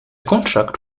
contract